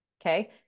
okay